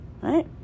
Right